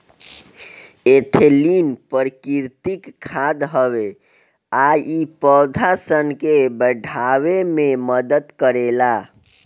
ethylene प्राकृतिक खाद हवे आ इ पौधा सन के बढ़े में मदद करेला